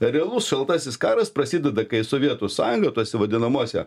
realus šaltasis karas prasideda kai sovietų sąjunga tose vadinamose